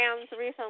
recently